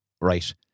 right